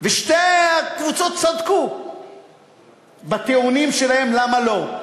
שתי הקבוצות צדקו בטיעונים שלהן למה לא.